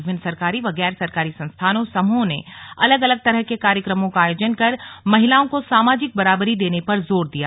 विभिन्न सरकारी व गैर सरकारी संस्थानों समूहों ने अलग अलग तरह के कार्यक्रमों का आयोजन कर महिलाओं को सामाजिक बराबरी देने पर जोर दिया गया